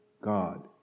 God